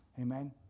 Amen